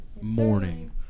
morning